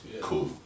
Cool